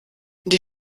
die